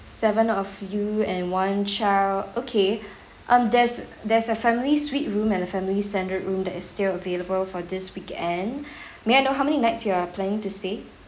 seven of you and one child okay um there's there's a family suite room and a family standard room that is still available for this weekend may I know how many nights you're playing to stay